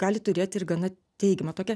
gali turėti ir gana teigiamą tokią